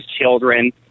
children